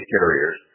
carriers